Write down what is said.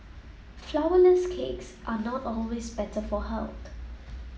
flourless cakes are not always better for health